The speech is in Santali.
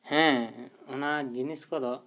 ᱦᱮᱸ ᱚᱱᱟ ᱡᱤᱱᱤᱥ ᱠᱚᱫᱚ